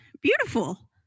beautiful